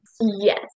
yes